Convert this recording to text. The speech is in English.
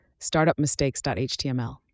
startupmistakes.html